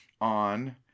on